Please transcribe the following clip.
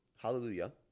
Hallelujah